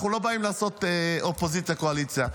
אנחנו לא באים לעשות אופוזיציה קואליציה.